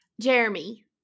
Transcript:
Jeremy